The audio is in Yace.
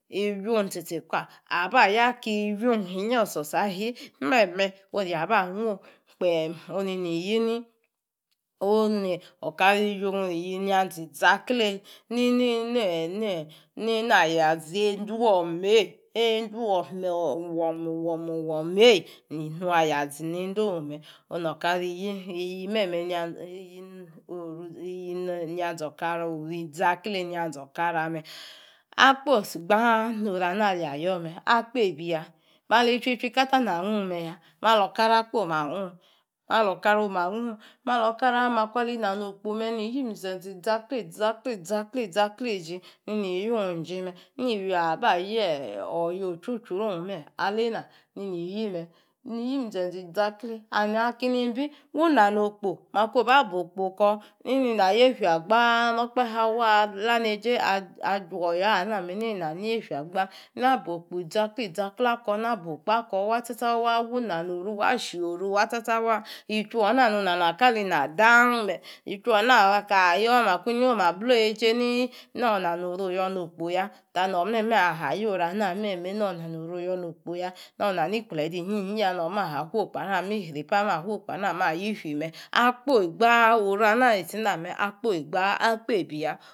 Iwim tsi tsi kpa aba ya kii iwim inyi otso tsa ahi meme onu heyi aba meme onu heyi aba guun kpem neini yi ni oon no okara iyung iyi nian zi izaklei nini neyi neyi na ya zein duo mei einduo mu wo mu wonuei nung a ya zi nein do me on noor aka rii yi meme man iyi iyi oru iyi nain ae okara orizaklei yanzoor ikara akpos gba no ru ana aleyi yoome. Akpei biya mali tchui itchui kata na gung me ya. ma lo kara kpaoma gung malokara oma gung malor okara ali ha nokpo me ni yi imizezi zaklei izakli izaklei iji neini yung iji me nii iwia aba yoor oya a chru chruong me aleina nei ni yi me niyi minze zi zaklei and akeini bi wu na nokpo makuo ba po kpo koor neini naa neifiagba na bo kpo izaklei zaklei akoor na bo okpo akoor wa cha c ha waa wu na no ru waa shi oru wa cha cha waa ni itchui oona nung naa na ka li na dang me ichui oona me aka ayoor makunyi ayoma bloor eijei ni noor nanoru oyor nokpo ya ta no meme aha yoor orua me meme me normi ha noru oyoor nokpo yaa noor nani kplo dei inyi yi ya. ninyi ya noor mafuokpo ana mi sripa, ma wofu ouona nia yii fi me. Akpoi gbae oru ana a lise name akpoi gbaa akpeibi ya